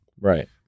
Right